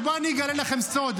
ובואו אני אגלה לכם סוד,